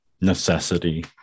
necessity